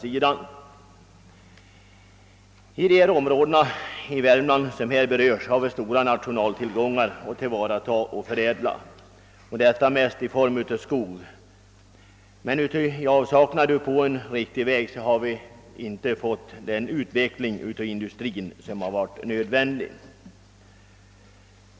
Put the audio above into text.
I de områden i Värmland som här betörs har vi stora naturtillgångar att tillvarata och förädla, mest i form av skog. Men i avsaknad av en riktig väg har inte heller industrin utvecklats.